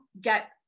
get